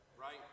Right